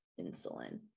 insulin